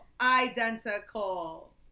identical